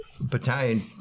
battalion